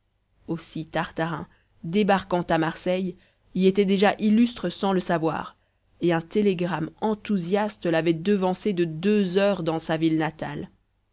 aussi tartarin débarquant à marseille y était déjà illustre sans le savoir et un télégramme enthousiaste i'avait devancé de deux heures dans sa ville natale